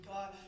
god